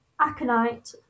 aconite